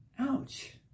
ouch